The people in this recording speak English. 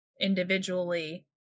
individually